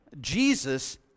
Jesus